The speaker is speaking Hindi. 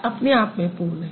यह अपने आप में पूर्ण है